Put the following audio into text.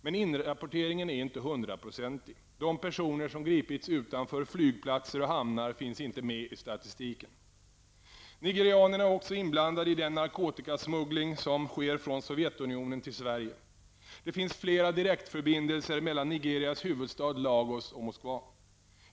Men inrapporteringen är inte hundraprocentig. De personer som gripits utanför flygplatser och hamnar finns inte med i statistiken. Nigerianerna är också inblandade i den narkotikasmuggling som sker från Sovjetunionen till Sverige. Det finns flera direktförbindelser mellan Nigerias huvudstad Lagos och Moskva.